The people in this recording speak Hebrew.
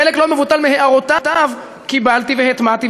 חלק לא מבוטל מהערותיו קיבלתי והטמעתי,